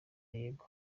yego